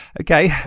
Okay